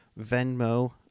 Venmo